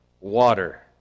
water